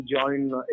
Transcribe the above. join